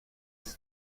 its